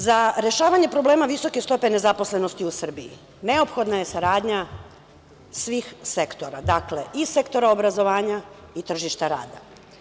Za rešavanje problema visoke stope nezaposlenosti u Srbiji neophodna je saradnja svih sektora; dakle, i sektora obrazovanja i tržišta rada.